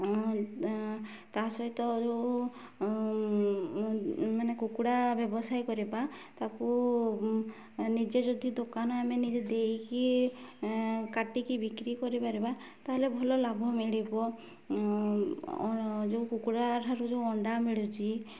ତା ସହିତ ଯେଉଁ ମାନେ କୁକୁଡ଼ା ବ୍ୟବସାୟ କରିବା ତାକୁ ନିଜେ ଯଦି ଦୋକାନ ଆମେ ନିଜେ ଦେଇକି କାଟିକି ବିକ୍ରି କରିପାରିବା ତାହେଲେ ଭଲ ଲାଭ ମିଳିବ ଯେଉଁ କୁକୁଡ଼ା ଠାରୁ ଯେଉଁ ଅଣ୍ଡା ମିଳୁଛି